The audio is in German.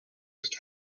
ist